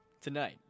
Tonight